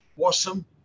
awesome